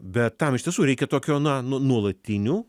bet tam iš tiesų reikia tokio na nu nuolatinių